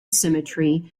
symmetry